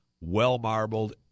well-marbled